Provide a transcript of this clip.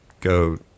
go